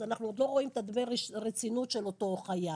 אז אנחנו עוד לא רואים את דמי הרצינות של אותו חייב.